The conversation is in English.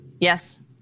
Yes